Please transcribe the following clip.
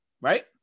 Right